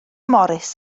morris